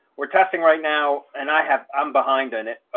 we're testing right now. and i have i'm behind on it.